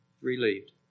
relieved